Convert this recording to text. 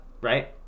right